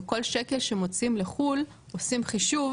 וכל שקל שמוציאים לחו"ל עושים חישוב